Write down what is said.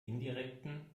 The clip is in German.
indirekten